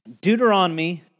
Deuteronomy